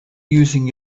using